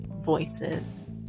voices